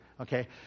okay